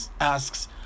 asks